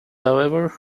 however